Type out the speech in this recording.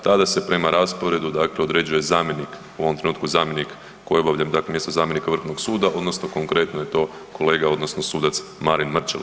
Tada se prema rasporedu dakle određuje zamjenik, u ovom trenutku zamjenik koji obavlja, dakle mjesto zamjenika vrhovnog suda odnosno konkretno je to kolega odnosno sudac Marin Mrčela.